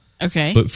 Okay